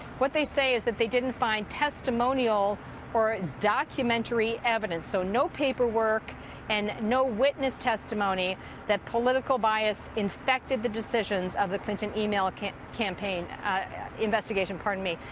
what they say is that they didn't find testimonial or documentary evidence. so no paperwork and no witness testimony that political bias infected the decisions of the clinton email campaign investigation, pardon me.